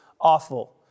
awful